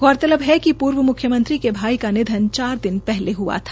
गौरतलब है कि पूर्व मुख्यमंत्री के भाई का निधन चार दिन पहले हआ था